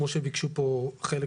כמו שביקשו פה חלק